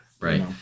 right